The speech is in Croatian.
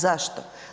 Zašto?